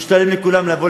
משתלם לכולם לבוא,